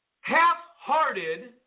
half-hearted